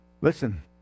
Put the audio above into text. listen